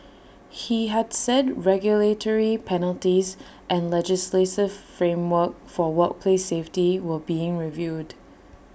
he had said regulatory penalties and legislative framework for workplace safety were being reviewed